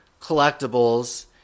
collectibles